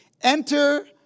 Enter